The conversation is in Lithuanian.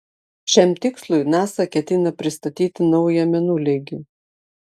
šiam tikslui nasa ketina pristatyti naują mėnuleigį